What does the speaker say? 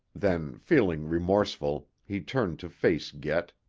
then, feeling remorseful, he turned to face get.